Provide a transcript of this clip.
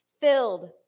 filled